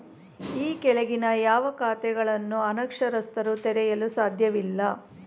ಈ ಕೆಳಗಿನ ಯಾವ ಖಾತೆಗಳನ್ನು ಅನಕ್ಷರಸ್ಥರು ತೆರೆಯಲು ಸಾಧ್ಯವಿಲ್ಲ?